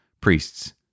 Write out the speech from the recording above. priests